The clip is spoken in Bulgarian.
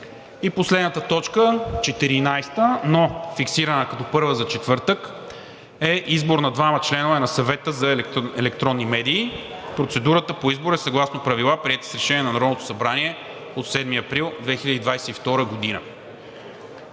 И последната – т. 14, но фиксирана като първа за четвъртък, е: 14. Избор на двама членове на Съвета за електронни медии. Процедурата по избор е съгласно правила, приети с Решение на Народното събрание от 7 април 2022 г.